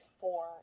four